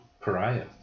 Pariah